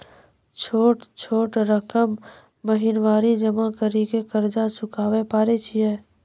छोटा छोटा रकम महीनवारी जमा करि के कर्जा चुकाबै परए छियै?